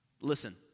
listen